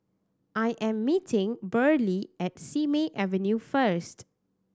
I am meeting Burley at Simei Avenue first